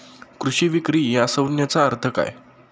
कृषी विक्री या संज्ञेचा अर्थ काय?